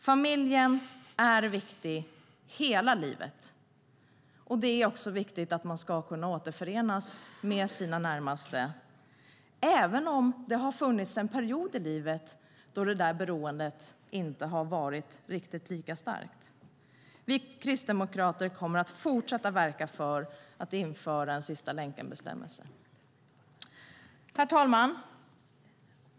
Familjen är viktig hela livet, och det är viktigt att kunna återförenas med sina närmaste även om det har funnits en period i livet då beroendet inte har varit riktigt lika starkt. Vi kristdemokrater kommer att fortsätta verka för att vi inför en sista-länken-bestämmelse. Herr talman!